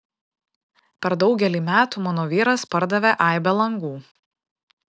per daugelį metų mano vyras pardavė aibę langų